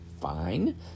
Fine